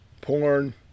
porn